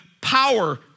power